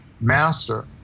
Master